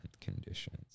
Conditions